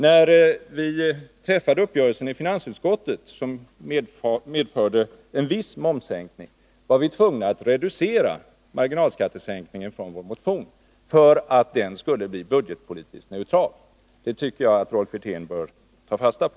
När vi i finansutskottet träffade uppgörelsen, som medförde en viss momssänkning, var vi tvungna att reducera marginalskattesänkningen från vad som angivits i vår motion för att den skulle bli budgetpolitiskt neutral. Detta tycker jag att Rolf Wirtén bör ta fasta på.